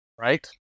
Right